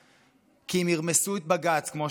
כי אם ירמסו את בג"ץ כמו שהם מתכננים,